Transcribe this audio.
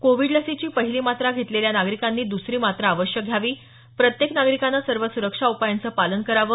Covid लसीची पहिली मात्रा घेतलेल्या नागरिकांनी दसरी मात्रा अवश्य घ्यावी प्रत्येक नागरिकानं सर्व सुरक्षा उपायांचं पालन करावं